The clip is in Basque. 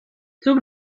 zuk